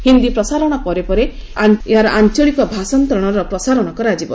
ହିନ୍ଦୀ ପ୍ରସାରଣ ପରେ ପରେ ଏହାର ଆଞ୍ଚଳିକ ଭାଷାନ୍ତରଣର ପ୍ରସାରଣ କରାଯିବ